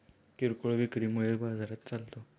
किरकोळ विक्री मुळे बाजार चालतो